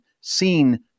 seen